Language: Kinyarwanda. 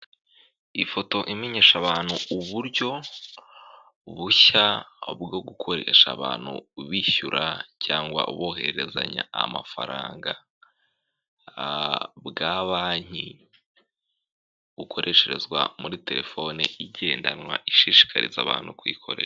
Ifoto imenyesha abantu uburyo bushya bwo gukoresha abantu bishyura, cyangwa bohererezanya amafaranga, bwa banki bukoreshezwa muri telefone igendanwa ishishikariza abantu kuyikoresha.